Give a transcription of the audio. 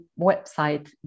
website